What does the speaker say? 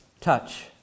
touch